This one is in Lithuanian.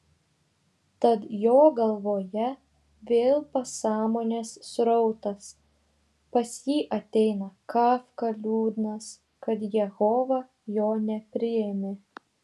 tad jo galvoje vėl pasąmonės srautas pas jį ateina kafka liūdnas kad jehova jo nepriėmė